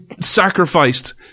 sacrificed